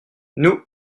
nous